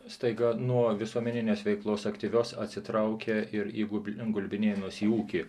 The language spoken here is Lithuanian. staiga nuo visuomeninės veiklos aktyvios atsitraukia ir jeigu gulbinėnuos į ūkį